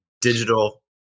digital